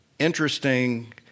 interesting